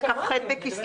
נכון?